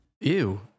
Ew